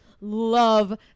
love